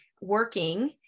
working